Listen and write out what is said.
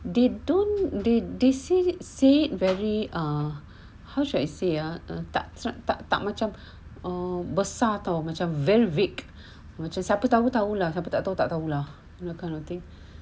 they don't they they say said very err how should I say uh tak macam besar [tau] like very big macam siapa tahu tahu lah siapa tak tahu tak tahu lah that kind of thing